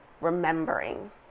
remembering